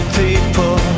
people